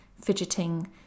fidgeting